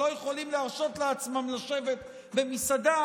שלא יכולים להרשות לעצמם לשבת במסעדה,